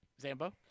Zambo